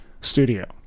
studio